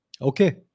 Okay